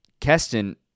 Keston